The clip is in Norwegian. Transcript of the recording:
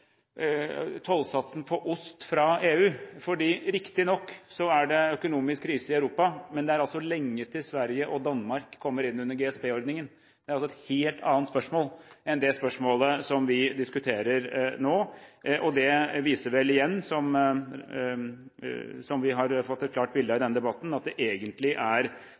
tollsatsen på ost fra EU. Riktignok er det økonomisk krise i Europa, men det er altså lenge til Sverige og Danmark kommer inn under GSP-ordningen. Det er et helt annet spørsmål enn det spørsmålet som vi diskuterer nå. Det viser vel igjen, som vi har fått et klart bilde av i denne debatten, at det egentlig er